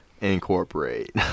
incorporate